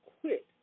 quit